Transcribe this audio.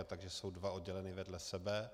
Takže jsou dva oddělené vedle sebe.